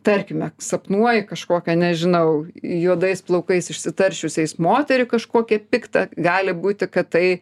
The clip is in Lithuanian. tarkime sapnuoji kažkokią nežinau juodais plaukais išsitaršiusiais moterį kažkokią piktą gali būti kad tai